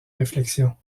réflexions